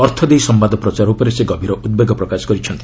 ଅର୍ଥ ଦେଇ ସମ୍ଭାଦ ପ୍ରଚାର ଉପରେ ସେ ଗଭୀର ଉଦ୍ବେଗ ପ୍ରକାଶ କରିଛନ୍ତି